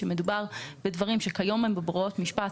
כאשר מדובר בדברים שהיום הם בבררות משפט,